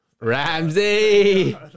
Ramsey